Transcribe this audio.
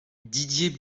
didier